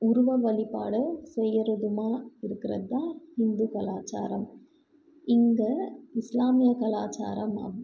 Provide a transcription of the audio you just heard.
உருவை வழிபாடை செய்கிறதுமா இருக்கறதுதான் ஹிந்து கலாச்சாரம் இங்கே இஸ்லாமிய கலாச்சாரம்